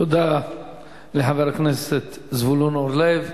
תודה לחבר הכנסת זבולון אורלב.